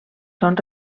són